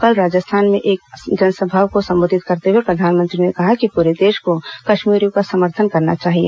कल राजस्थान में एक जनसभा को संबोधित करते हुए प्रधानमंत्री ने कहा कि पूरे देश को कश्मीरियों का समर्थन करना चाहिए